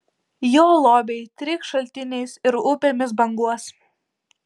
jo lobiai trykš šaltiniais ir upėmis banguos